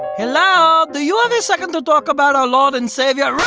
hello, do you um a second to talk about our lord and savior